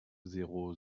zéro